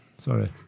Sorry